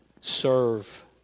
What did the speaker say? serve